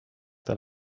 that